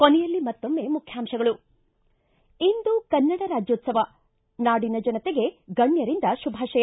ಕೊನೆಯಲ್ಲಿ ಮತ್ತೊಮ್ಮೆ ಮುಖ್ಯಾಂಶಗಳು ್ಲಿ ಇಂದು ಕನ್ನಡ ರಾಜ್ಕೋತ್ಸವ ನಾಡಿನ ಜನತೆಗೆ ಗಣ್ಯರಿಂದ ಶುಭಾಶಯ